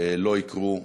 לא יקרו.